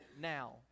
now